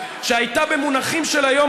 שהייתה במונחים של היום,